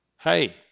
hey